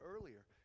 earlier